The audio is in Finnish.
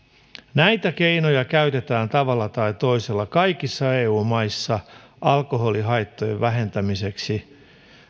näitä keinoja käytetään tavalla tai toisella kaikissa eu maissa alkoholihaittojen vähentämiseksi